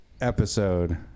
episode